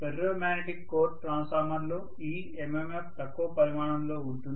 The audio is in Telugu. ఫెర్రోమాగ్నెటిక్ కోర్ ట్రాన్స్ఫార్మర్ లో ఈ MMF తక్కువ పరిమాణంలో ఉంటుంది